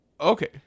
Okay